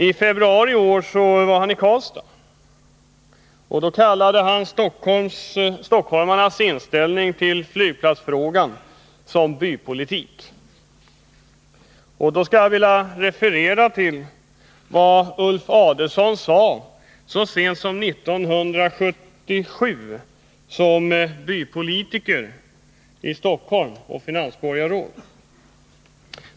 I februari i år var han i Karlstad, och då kallade han stockholmarnas inställning till flygplatsfrågan för bypolitik. Jag skulle vilja referera till vad Ulf Adelsohn sade så sent som 1977 som ”bypolitiker” och finansborgarråd i Stockholm.